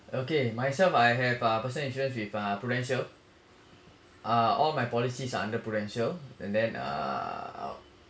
okay myself I have uh personal insurance with uh prudential uh all my policies are under prudential and then uh